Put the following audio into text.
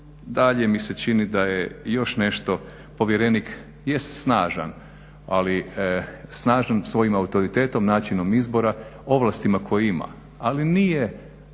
dalje mi se čini da je još nešto, povjerenik jest snažan ali snažan svojim autoritetom, načinom izbora, ovlastima koje ima, ali nije